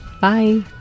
Bye